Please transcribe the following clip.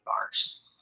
bars